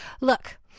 look